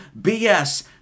BS